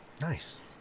Nice